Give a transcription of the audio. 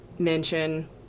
mention